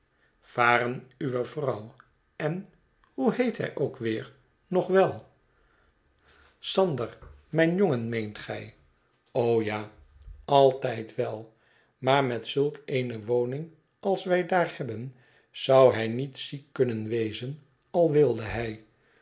varen uwe vrouw en hoe heet hij ook weer nog wel sander mijn jongen meent gij o ja altijd wel maar met zulk eene woning als wij daar hebben zou hij niet ziek kunnen wezen al wilde hij